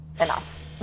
enough